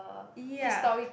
ya